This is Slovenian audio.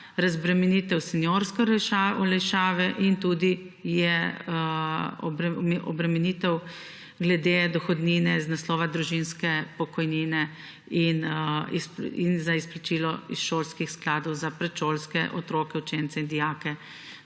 razbremenitev seniorske olajšave in je obremenitev glede dohodnine iz naslova družinske pokojnine in za izplačilo iz šolskih skladov za predšolske otroke, učence in dijake.